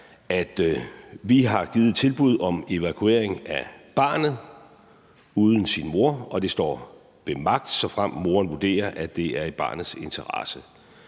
at vi har givet tilbud om evakuering af barnet uden sin mor, og det står ved magt, såfremt moren vurderer, at det er i barnets interesse.